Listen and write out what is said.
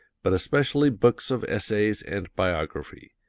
but especially books of essays and biography.